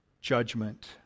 judgment